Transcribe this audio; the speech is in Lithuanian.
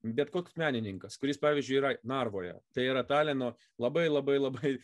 bet koks menininkas kuris pavyzdžiui yra narvoje tai yra talino labai labai labai